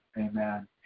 amen